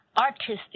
artistic